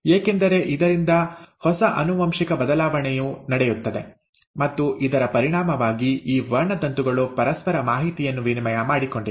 ಏಕೆಂದರೆ ಇದರಿಂದ ಹೊಸ ಆನುವಂಶಿಕ ಬದಲಾವಣೆಯು ನಡೆಯುತ್ತದೆ ಮತ್ತು ಇದರ ಪರಿಣಾಮವಾಗಿ ಈ ವರ್ಣತಂತುಗಳು ಪರಸ್ಪರ ಮಾಹಿತಿಯನ್ನು ವಿನಿಮಯ ಮಾಡಿಕೊಂಡಿವೆ